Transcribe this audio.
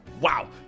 Wow